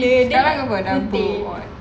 sekarang apa dah okay